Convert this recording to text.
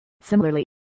Similarly